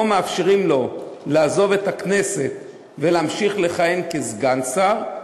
פה מאפשרים לו לעזוב את הכנסת ולהמשיך לכהן כסגן שר,